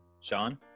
Sean